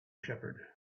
shepherd